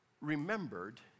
remembered